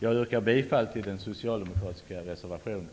Jag yrkar bifall till den socialdemokratiska reservationen.